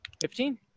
fifteen